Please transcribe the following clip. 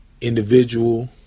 individual